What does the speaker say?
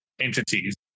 entities